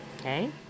okay